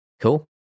Cool